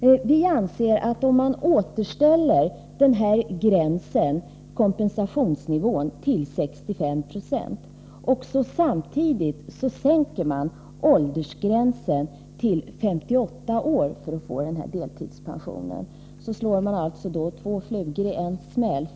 Vi anser att om man återställer kompensationsnivån till 65 96 och samtidigt sänker åldersgränsen till 58 år för att få delpension, slår man två flugor i en smäll.